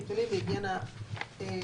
חיתולים והיגיינה אישית.